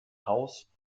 haus